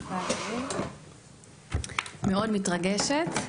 מתרגשת, מאוד מתרגשת,